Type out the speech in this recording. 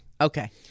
okay